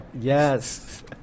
Yes